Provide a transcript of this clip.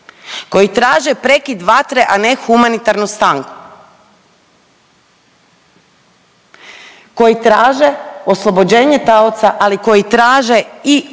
koji traže prekid vatre, a ne humanitarnu stanku, koji traže oslobođenje taoca, ali koji traže i